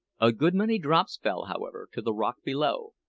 a good many drops fell, however, to the rock below,